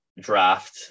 draft